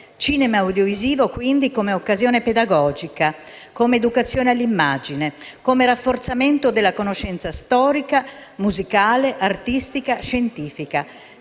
cinema e l'audiovisivo vengono quindi intesi come occasione pedagogica, come educazione all'immagine, come rafforzamento della conoscenza storica, musicale, artistica, scientifica;